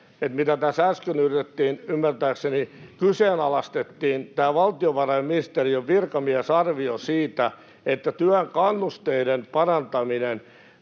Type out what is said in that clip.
jossa äsken yritettiin ymmärtääkseni kyseenalaistaa tätä valtiovarainministeriön virkamiesarviota siitä, että työn kannusteiden parantaminen